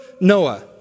Noah